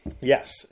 Yes